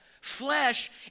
flesh